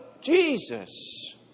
Jesus